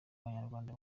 abanyarwanda